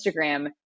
Instagram